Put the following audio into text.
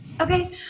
Okay